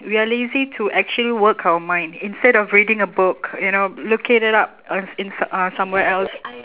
we are lazy to actually work our mind instead of reading a book you know looking it up on s~ in s~ uh somewhere else